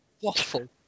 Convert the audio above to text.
waffle